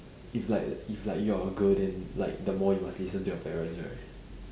if like if like you are a girl then like the more you must listen to your parents right